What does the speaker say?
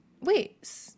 Wait